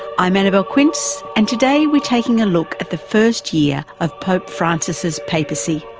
i'm annabelle quince and today we're taking a look at the first year of pope francis's papacy.